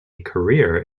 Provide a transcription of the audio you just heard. career